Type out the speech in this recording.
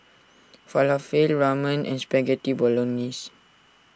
Falafel Ramen and Spaghetti Bolognese